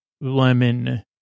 lemon